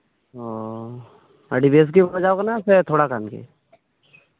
ᱚ ᱟᱹᱰᱤ ᱰᱷᱮᱨ ᱜᱮ ᱵᱟᱡᱟᱣ ᱠᱟᱱᱟᱭ ᱥᱮ ᱛᱷᱚᱲᱟ ᱜᱟᱱ ᱜᱮ